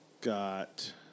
Got